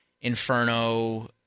Inferno